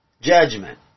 judgment